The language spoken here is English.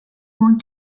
want